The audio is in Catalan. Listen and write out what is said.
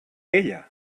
ella